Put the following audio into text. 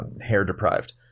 hair-deprived